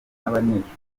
n’abanyeshuri